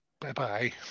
Bye-bye